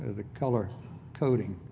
ah the color coding.